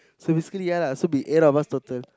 so basically ya lah so be eight of us total